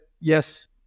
yes